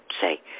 say